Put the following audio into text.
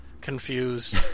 confused